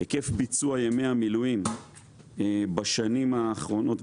היקף ביצוע ימי המילואים בשנים האחרונות,